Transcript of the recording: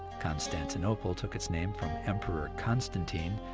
constantinople took its name from emperor constantine,